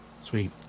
sweet